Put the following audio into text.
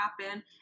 happen